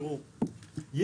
תראו,